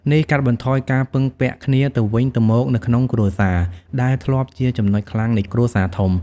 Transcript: នេះកាត់បន្ថយការពឹងពាក់គ្នាទៅវិញទៅមកនៅក្នុងគ្រួសារ ដែលធ្លាប់ជាចំណុចខ្លាំងនៃគ្រួសារធំ។